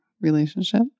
relationship